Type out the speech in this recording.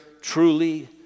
truly